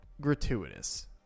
gratuitous